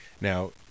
Now